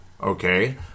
okay